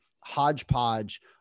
hodgepodge